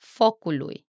focului